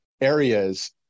areas